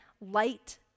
Light